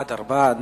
הצבעה.